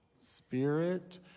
Spirit